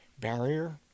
barrier